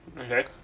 Okay